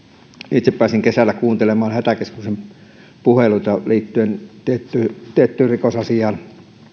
itse pääsin kesällä kuuntelemaan hätäkeskuksen puheluita liittyen tiettyyn tiettyyn rikosasiaan